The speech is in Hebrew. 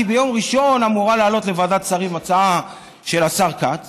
כי ביום ראשון אמורה לעלות לוועדת השרים הצעה של השר כץ